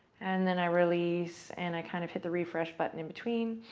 and then i release and i kind of hit the refresh button in between